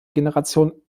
generation